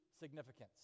Significance